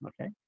okay